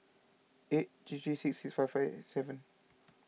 eight three three six six five five seven